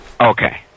Okay